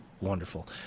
Wonderful